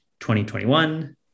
2021